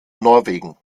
norwegen